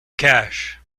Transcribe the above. cash